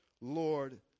Lord